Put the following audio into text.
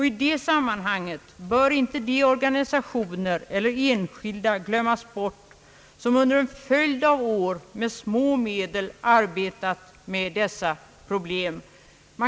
I det sammanhanget bör inte de organisationer eller enskilda glömmas bort, vilka under en följd av år med små medel arbetat med dessa problem.